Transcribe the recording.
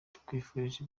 tukwifurije